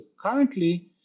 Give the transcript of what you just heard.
currently